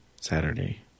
Saturday